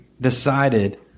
decided